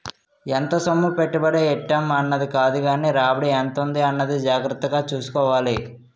ఎంత సొమ్ము పెట్టుబడి ఎట్టేం అన్నది కాదుగానీ రాబడి ఎంతుంది అన్నది జాగ్రత్తగా సూసుకోవాలి